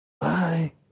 Bye